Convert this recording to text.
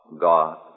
God